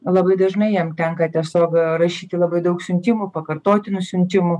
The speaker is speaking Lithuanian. labai dažnai jam tenka tiesiog rašyti labai daug siuntimų pakartotinų siuntimų